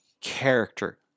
character